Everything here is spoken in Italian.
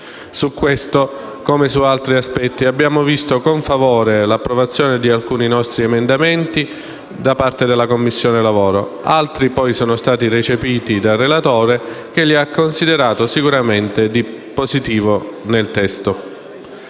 Su questo, come su altri aspetti, abbiamo visto con favore l’approvazione di alcuni nostri emendamenti da parte della Commissione lavoro. Altri poi sono stati recepiti dal relatore che li ha considerati sicuramente un apporto positivo al testo